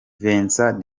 vincent